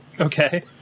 Okay